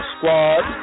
Squad